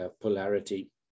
polarity